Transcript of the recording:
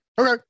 Okay